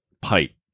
pipe